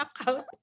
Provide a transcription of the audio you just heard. account